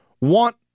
want